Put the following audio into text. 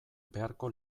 beharko